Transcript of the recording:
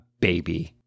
baby